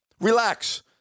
Relax